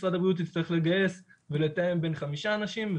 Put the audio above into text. משרד הבריאות יצטרך לגייס ולתאם בין חמישה אנשים.